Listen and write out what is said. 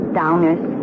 downers